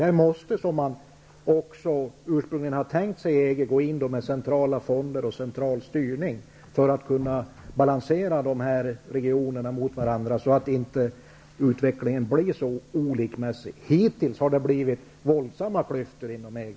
Man måste, som EG också ursprungligen har tänkt sig, gå in med centrala fonder och central styrning för att balansera de här regionerna mot varandra, så att utvecklingen inte blir så olika. Hittills har det blivit våldsamt stora klyftor inom EG.